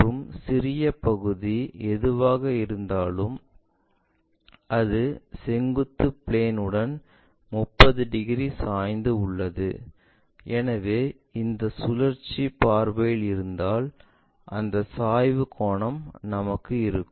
மற்றும் சிறிய பகுதி எதுவாக இருந்தாலும் அது செங்குத்து பிளேன் உடன் 30 டிகிரி சாய்ந்து உள்ளது எனவே இந்த சுழற்சி பார்வையில் இருந்தால் அந்த சாய்வு கோணம் நமக்கு இருக்கும்